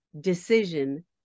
Decision